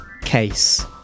case